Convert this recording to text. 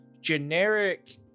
generic